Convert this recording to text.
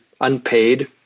unpaid